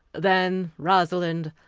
then, rosalind,